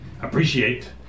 appreciate